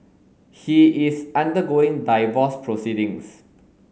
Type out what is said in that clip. he is undergoing divorce proceedings